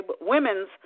women's